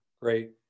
Great